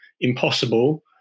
impossible